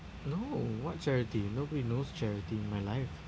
no what charity nobody knows charity in my life